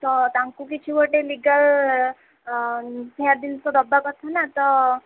ତ ତାଙ୍କୁ କିଛି ଗୋଟେ ଲିଗାଲ ନ୍ୟାୟ ଜିନିଷ ଦେବା କଥା ନା ତ